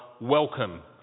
welcome